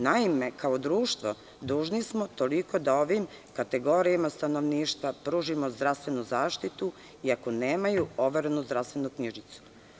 Naime, kao društvo, dužni smo toliko da ovim kategorijama stanovništva pružimo zdravstvenu zaštitu, iako nemaju overenu zdravstvenu knjižicu.